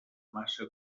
massa